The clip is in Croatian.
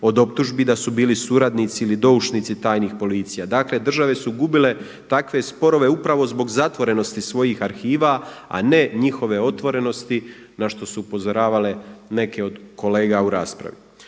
od optužbi da su bili suradnici ili doušnici tajnih policija. Dakle države su gubile takve sporove upravo zbog zatvorenosti svojih arhiva a ne njihove otvorenosti na što su upozoravale neke od kolega u raspravi.